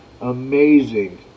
amazing